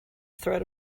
threat